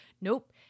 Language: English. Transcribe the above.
Nope